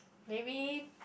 maybe